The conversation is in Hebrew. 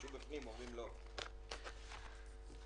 אתם מונעים מהם להגיש בקשה כעצמאיים.